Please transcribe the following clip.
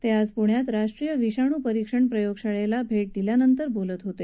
ते आज प्रण्यात राष्ट्रीय विषाणू परीक्षण प्रयोगशाळेला भेट दिल्यानंतर बोलत होते